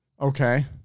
Okay